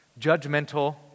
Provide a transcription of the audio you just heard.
judgmental